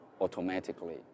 automatically